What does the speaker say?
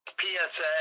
PSA